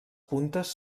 puntes